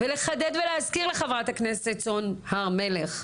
ולחדד ולהזכיר לחברת הכנסת סון הר מלך,